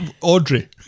Audrey